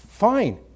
fine